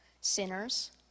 sinners